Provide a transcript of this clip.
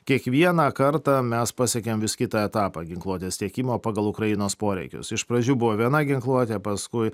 kiekvieną kartą mes pasiekiam vis kitą etapą ginkluotės tiekimo pagal ukrainos poreikius iš pradžių buvo viena ginkluotė paskui